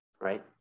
right